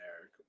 Eric